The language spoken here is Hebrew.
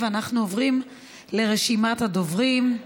אנחנו עוברים לרשימת הדוברים.